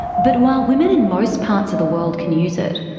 but while women in most parts of the world can use it,